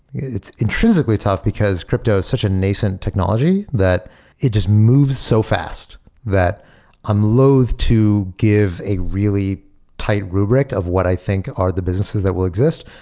it's intrinsically tough because crypto is such a nascent technology that it just moves so fast that i'm loathed to give a really tight rubric of what i think are the businesses that will exist.